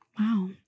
Wow